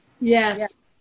Yes